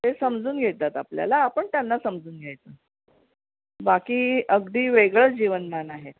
ते समजून घेतात आपल्याला आपण त्यांना समजून घ्यायचं बाकी अगदी वेगळं जीवनमान आहे